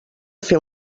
fer